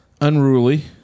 unruly